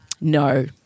No